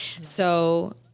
So-